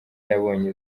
yabonye